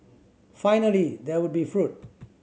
finally there would be fruit